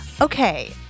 Okay